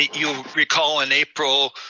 you'll recall in april,